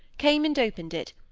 came and opened it,